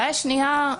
הבעיה השנייה,